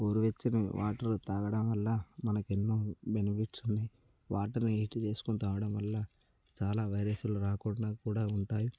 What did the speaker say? గోరువెచ్చని వాటరు తాగడం వల్ల మనకెన్నో బెనిఫిట్స్ ఉన్నాయి వాటర్ని హీట్ చేసుకుని తాగడం వల్ల చాలా వైరస్లు రాకుండా కూడా ఉంటాయి